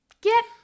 Get